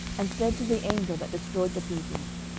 and said to the angel that destroyed the people,